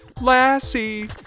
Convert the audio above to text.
Lassie